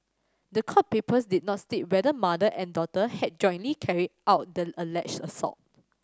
the court papers did not state whether mother and daughter had jointly carried out the alleged assault